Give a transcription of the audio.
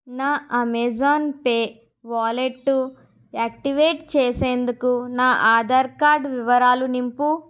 నా Amazon pay wallet activate చేసేందుకు నా ఆధార్ కార్డ్ వివరాలు నింపు